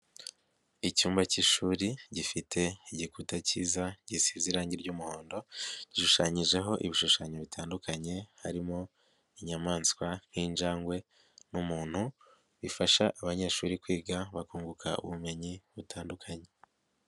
Icyumba k'ishuri gifite igikuta kiza gisize irangi ry'umuhondo, gishushanyijeho ibishushanyo bitandukanye harimo inyamaswa nk'injangwe n'umuntu, bifasha abanyeshuri kwiga bakunguka ubumenyi butandukanye.